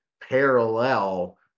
parallel